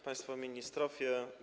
Państwo Ministrowie!